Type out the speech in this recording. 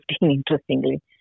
interestingly